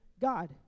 God